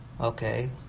okay